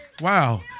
Wow